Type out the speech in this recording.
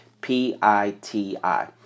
P-I-T-I